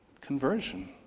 Conversion